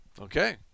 Okay